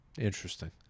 Interesting